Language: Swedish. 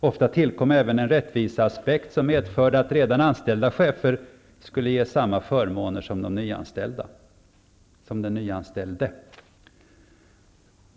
Ofta tillkom även en rättviseaspekt som medförde att redan anställda chefer skulle ges samma förmåner som den nyanställde.